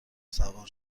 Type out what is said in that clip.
سوار